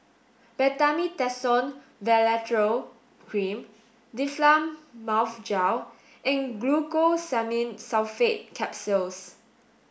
Betamethasone Valerate Cream Difflam Mouth Gel and Glucosamine Sulfate Capsules